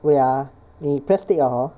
wait ah eh 你 press tick liao hor